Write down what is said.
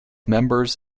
members